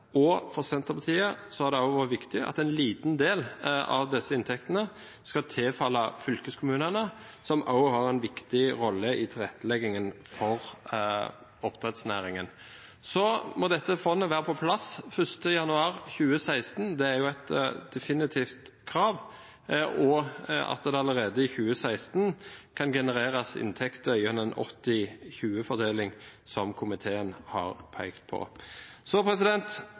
og for Senterpartiet har det også vært viktig at en liten del av disse inntektene skal tilfalle fylkeskommunene, som har en viktig rolle i tilretteleggingen for oppdrettsnæringen. Så må dette fondet være på plass 1. januar 2016 – det er et definitivt krav – og at det allerede i 2016 kan genereres inntekter gjennom en 80–20-fordeling, som komiteen har pekt på.